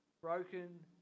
broken